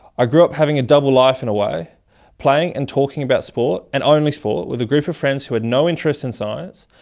i grew up having a double life in a way playing and talking about sport and only sport! with a group of friends who had no interest in science,